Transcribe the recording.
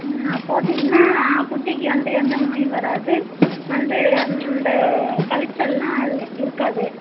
ம் போட்டீங்கன்னா குட்டிக்கு வந்து எந்த நோயும் வராது வந்து இந்த கலிச்சல்லாம் இருக்காது